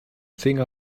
finger